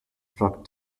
struck